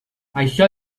això